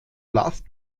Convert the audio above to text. last